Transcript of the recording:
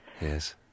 Yes